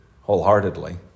wholeheartedly